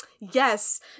Yes